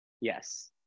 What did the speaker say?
yes